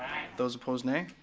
those opposed nay.